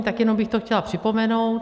Tak jenom bych to chtěla připomenout.